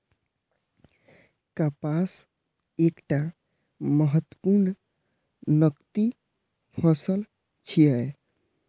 कपास एकटा महत्वपूर्ण नकदी फसल छियै